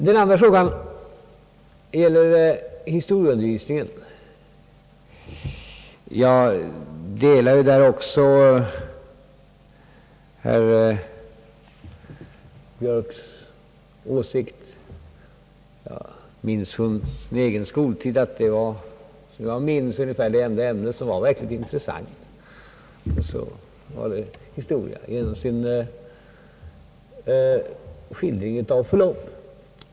Också beträffande historieundervisningen delar jag herr Björks åsikt. Jag minns från min egen skoltid att det enda verkligt intressanta ämnet var historia — genom skildringen av de historiska förloppen.